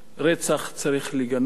רצח צריך לגנות,